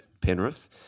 Penrith